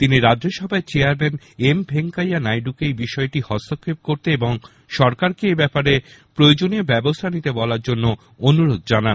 তিনি রাজ্যসভার chairman M Venkaiah নায়ডুকে এই বিষয়টিতে হস্তক্ষেপ করতে এবং সরকারকে এব্যাপারে প্রয়োজনীয় ব্যবস্হা নিতে বলার জন্য অনুরোধ জানান